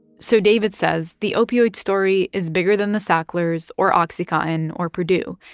so david says the opioid story is bigger than the sacklers or oxycontin or purdue.